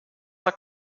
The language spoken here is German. herr